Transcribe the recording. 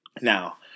Now